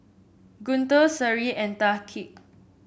Guntur Seri and Thaqif